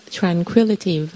tranquility